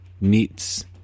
meets